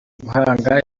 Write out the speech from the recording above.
guhanga